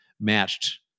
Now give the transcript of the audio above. matched